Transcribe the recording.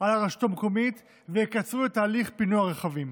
על הרשות המקומית ויקצרו את תהליך פינו הרכבים.